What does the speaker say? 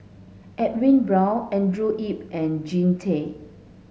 Edwin Brown Andrew Yip and Jean Tay